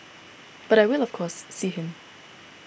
but I will of course see him